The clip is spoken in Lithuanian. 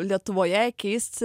lietuvoje keisti